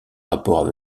rapport